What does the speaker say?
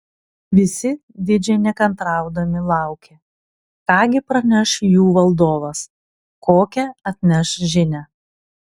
visi didžiai nekantraudami laukė ką gi praneš jų valdovas kokią atneš žinią